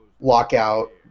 lockout